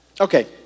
Okay